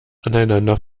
aneinander